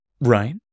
right